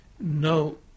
no